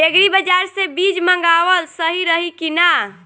Agri bazaar से बीज मंगावल सही रही की ना?